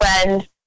friend